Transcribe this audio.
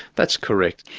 that's correct.